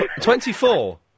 Twenty-four